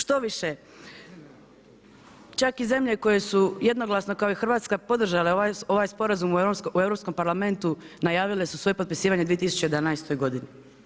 Štoviše, čak i zemlje koje su jednoglasno kao i Hrvatska podržale ovaj sporazum u Europskom parlamentu najavile su svoje potpisivanje u 2011. godini.